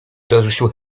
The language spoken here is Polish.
dorzucił